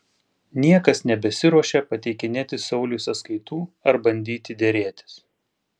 niekas nebesiruošia pateikinėti sauliui sąskaitų ar bandyti derėtis